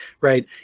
right